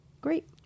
great